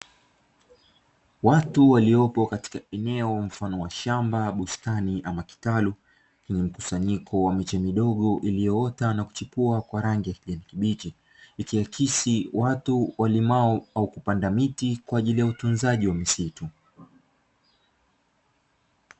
Watu waliopo katika eneo mfano wa shamba, bustani ama kitalu lenye mkusanyiko wa miche midogo iliyo ota na kuchipua kwa rangi ya kijani kibichi ikiakisi watu walimao au kupanda miti kwa ajili ya utunzaji wa misitu.